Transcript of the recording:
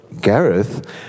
Gareth